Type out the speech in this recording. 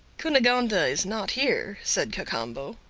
cunegonde is not here, said cacambo,